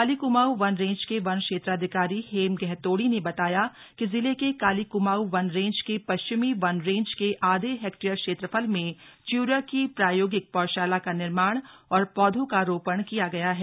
काली कुमाऊं वन रेंज के वन क्षेत्राधिकारी हेम गहतोड़ी ने बताया कि जिले के काली कुमाऊं वन रेंज के पश्चिमी वन रेंज के आधे हेक्टेयर क्षेत्रफल में च्यूरा की प्रायोगिक पौधशाला का निर्माण और पौधों का रोपण किया गया है